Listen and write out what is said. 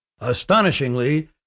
Astonishingly